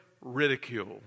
ridicule